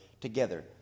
together